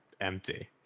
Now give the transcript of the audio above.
empty